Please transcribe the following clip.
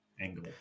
angle